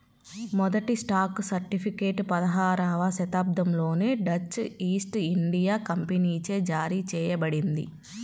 మొదటి stock certificate పదహారవ శతాబ్దంలోనే డచ్ ఈస్ట్ ఇండియా కంపెనీచే జారీ చేయబడింది